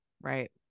right